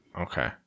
okay